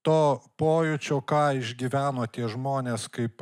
to pojūčio ką išgyveno tie žmonės kaip